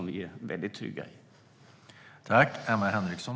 Vi är väldigt trygga med den.